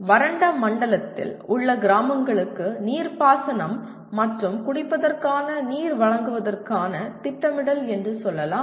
வறண்ட மண்டலத்தில் உள்ள கிராமங்களுக்கு நீர்ப்பாசனம் மற்றும் குடிப்பதற்கான நீர் வழங்குவதற்கான திட்டமிடல் என்று சொல்லலாம்